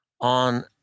on –